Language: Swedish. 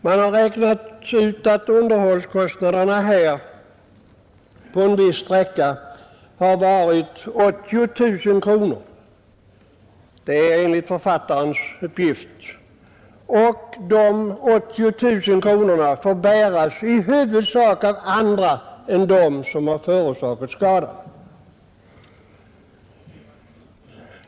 Man har räknat ut att underhållskostnaderna på en viss sträcka har uppgått till 80 000 kronor — enligt författarens uppgifter — och de 80 000 kronorna får bäras i huvudsak av andra än av dem som förorsakat skadan.